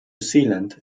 zealand